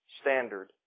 standard